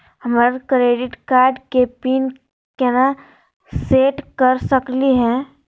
हमर credit card के PIN केना सेट कर सकली हे?